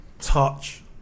touch